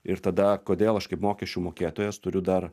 ir tada kodėl aš kaip mokesčių mokėtojas turiu dar